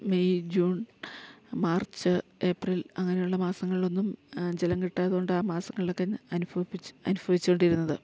May June March April അങ്ങനെയുള്ള മാസങ്ങളിലൊന്നും ജലം കിട്ടാത്തതു കൊണ്ട് ആ മാസങ്ങളിലൊക്കെ അനുഭവിപ്പിച്ച് അനുഭവിച്ചു കൊണ്ടിരുന്നത്